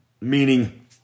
Meaning